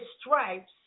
stripes